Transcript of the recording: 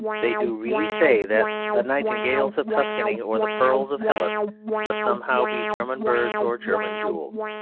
they do really say that the nightingales of tuscany or the pearls of hellas must somehow be german birds or german jewels.